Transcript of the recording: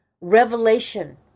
revelation